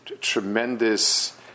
tremendous